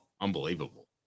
Unbelievable